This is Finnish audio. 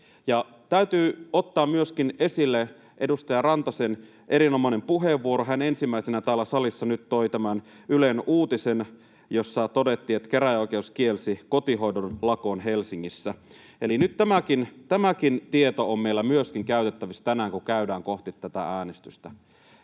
Täytyy ottaa myöskin esille edustaja Rantasen erinomainen puheenvuoro. Hän ensimmäisenä täällä salissa nyt toi tämän Ylen uutisen, jossa todettiin, että käräjäoikeus kielsi kotihoidon lakon Helsingissä. Eli nyt tämäkin tieto on meillä myöskin käytettävissä tänään, kun käydään kohti tätä äänestystä,